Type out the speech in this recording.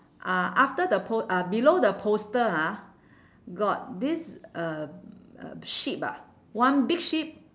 uh after the po~ uh below the poster ah got this um uh sheep ah one big sheep